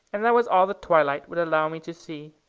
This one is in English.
and that was all the twilight would allow me to see.